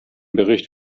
bericht